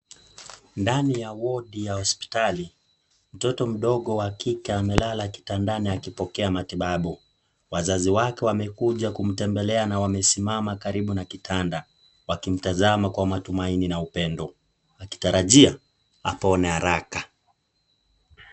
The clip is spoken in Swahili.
Ndani ya wodi ya hospitali mtoto mdogo wakike amelala kitandani akipokea matibabu. Wazazi wake wamekuja kumtembelea na wamesimama karibu na kitanda wakimtazama kwa matumaini na upendo wakitarajia apone haraka.